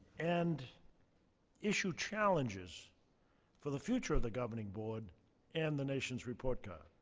and issue challenges for the future of the governing board and the nation's report card.